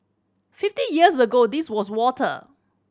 fifty years ago this was water